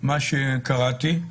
מה שקראתי,